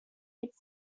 its